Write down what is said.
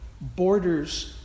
borders